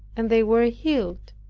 and they were healed.